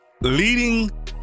leading